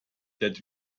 that